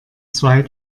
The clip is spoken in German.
zwei